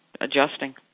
adjusting